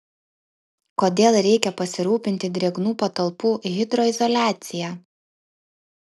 kodėl reikia pasirūpinti drėgnų patalpų hidroizoliacija